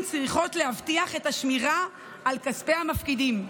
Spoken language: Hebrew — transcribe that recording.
צריכות להבטיח את השמירה על כספי המפקידים,